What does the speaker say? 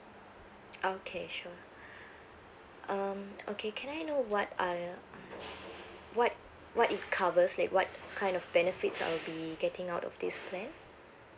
okay sure um okay can I know what are okay what what it covers like what kind of benefits I'll be getting out of this plan